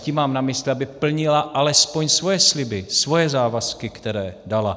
A tím mám na mysli, aby plnila alespoň svoje sliby, svoje závazky, které dala.